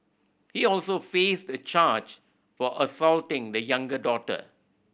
he also faced a charge for assaulting the younger daughter